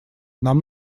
нам